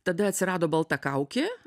tada atsirado balta kaukė